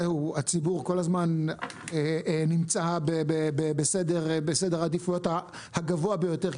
הנושא הוא הציבור כל הזמן נמצא בסדר העדיפויות הגבוה ביותר.